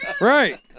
Right